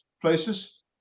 places